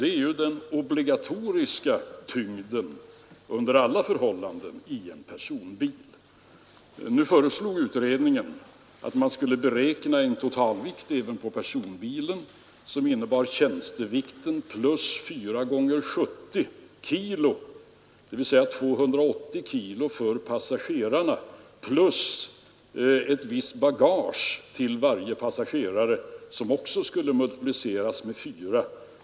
Det är ju den obligatoriska tyngden under alla förhållanden i en personbil. Nu föreslog utredningen att man skulle beräkna en totalvikt även för personbil, vilket innebar tjänstevikt plus fyra gånger 70 kg, dvs. 280 kg för passagerarna plus ett visst bagage för varje passagerare, som också skulle multipliceras med fyra.